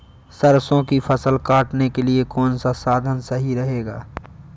सरसो की फसल काटने के लिए कौन सा साधन सही रहेगा?